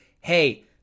hey